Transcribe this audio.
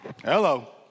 Hello